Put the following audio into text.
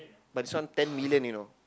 but this one ten million you know